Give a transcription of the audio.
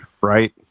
right